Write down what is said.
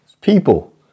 People